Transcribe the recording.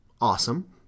awesome